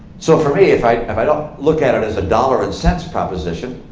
so for me, if i if i don't look at it as a dollar and cent proposition,